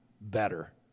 better